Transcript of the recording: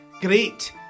great